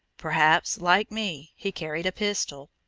perhaps, like me, he carried a pistol.